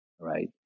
right